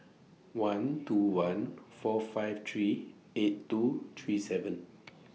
one two one four five three eight two three seven